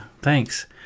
thanks